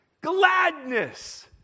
gladness